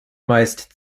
meist